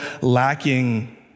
lacking